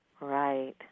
Right